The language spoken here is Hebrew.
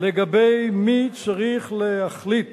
לגבי מי צריך להחליט